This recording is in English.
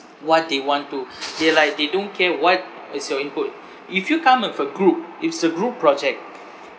what they want to they like they don't care what is your input if you come up with a group it's a group project